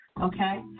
okay